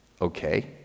Okay